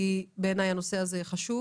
כי בעיניי הנושא הזה חשוב.